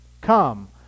Come